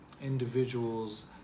individual's